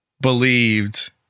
believed